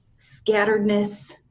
scatteredness